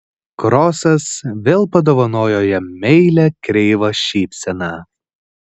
krosas vėl padovanojo jam meilią kreivą šypseną